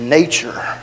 nature